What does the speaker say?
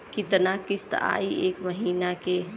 कितना किस्त आई एक महीना के?